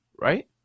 right